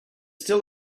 still